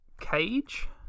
cage